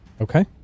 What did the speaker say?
Okay